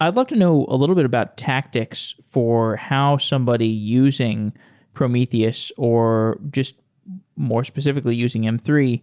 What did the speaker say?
i'd love to know a little bit about tactics for how somebody using prometheus, or just more specifically using m three,